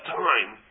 time